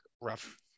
rough